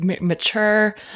mature